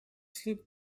sloop